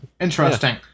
interesting